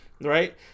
Right